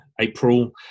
April